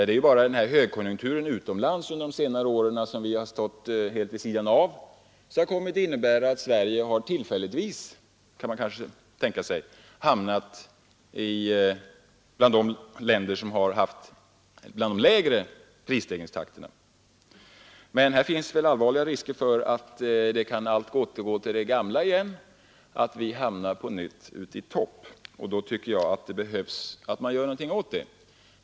Det är bara högkonjunkturen utomlands under de senaste åren, som vi stått vid sidan om, som kommit att innebära att Sverige tillfälligtvis hamnat bland de länder som haft en lägre prisstegringstakt. Men det finns allvarliga risker för att allt kan återgå till det gamla, att vi på nytt hamnar i toppen. Det är nödvändigt att göra något åt det.